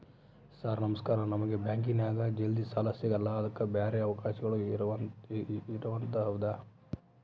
Sir ನಮಸ್ಕಾರ ನಮಗೆ ಬ್ಯಾಂಕಿನ್ಯಾಗ ಜಲ್ದಿ ಸಾಲ ಸಿಗಲ್ಲ ಅದಕ್ಕ ಬ್ಯಾರೆ ಅವಕಾಶಗಳು ಇದವಂತ ಹೌದಾ?